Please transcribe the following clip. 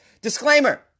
disclaimer